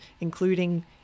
including